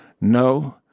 no